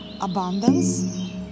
abundance